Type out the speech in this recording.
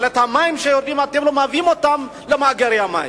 אבל את המים שיורדים אתם לא מביאים למאגרי המים.